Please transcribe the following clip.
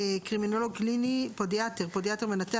"קרימינולוג קליני", "פודיאטר", "פודיאטר מנתח",